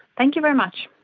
thank you very much.